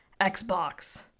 Xbox